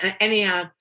anyhow